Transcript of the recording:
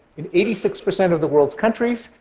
in eighty six percent of the world's countries,